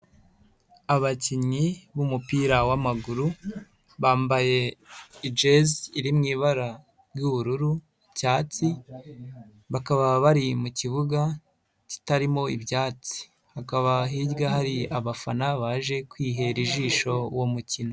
Abakinnyi b'umupira w'amaguru bambaye jiezi iri mu ibara ry'ubururu, icyatsi, bakaba bari mu kibuga kitarimo ibyatsi, hakaba hirya hari abafana baje kwihera ijisho uwo mukino.